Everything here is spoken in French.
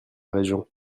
région